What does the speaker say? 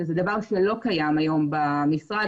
שזה דבר שלא קיים היום במשרד,